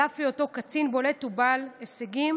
על אף היותו קצין בולט ובעל הישגים